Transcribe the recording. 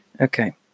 Okay